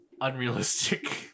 unrealistic